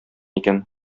икән